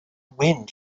wind